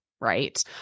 right